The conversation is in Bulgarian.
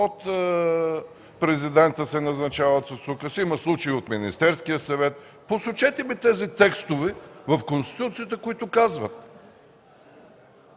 от президента се назначават с указ, има случаи – и от Министерския съвет. Посочете ми тези текстове в Конституцията, които посочват